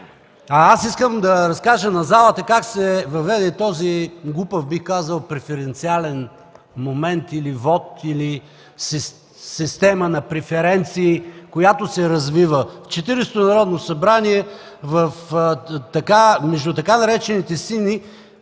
Искам да разкажа на залата как се въведе този глупав, бих казал, преференциален момент или вот, или система на преференции, която се развива. В Четиридесетото Народно събрание между така наречените „сини”